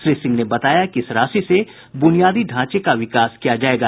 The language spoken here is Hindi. श्री सिंह ने बताया कि इस राशि से बुनियादी ढांचे का विकास किया जायेगा